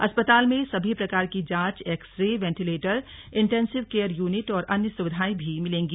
अस्पताल में सभी प्रकार की जाँच X ray ventilator intensive care unit और अन्य सुविधाएं भी मिलेंगी